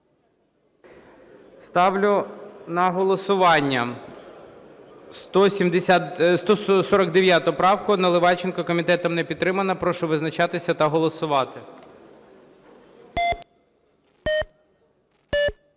Ставлю на голосування 149 правку Наливайченка. Комітетом не підтримана. Прошу визначатися та голосувати.